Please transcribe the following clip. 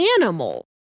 animal